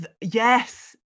yes